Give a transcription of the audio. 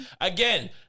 Again